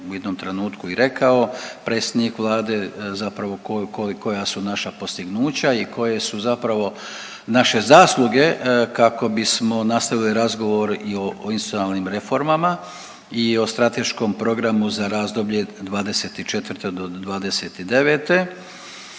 u jednom trenutku i rekao predsjednik Vlada zapravo kolika su naša postignuća i koje su zapravo naše zasluge kako bismo nastavili razgovor i institucionalnim reformama i o strateškom programu za razdoblje '24.-'29.,